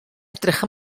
edrych